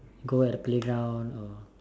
go at the playground or